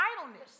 Idleness